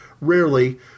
rarely